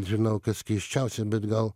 žinau kas keisčiausia bet gal